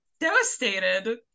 devastated